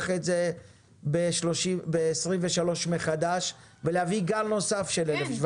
את זה בשנת 23 מחדש ולהביא גל נוסף של 1,700